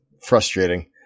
frustrating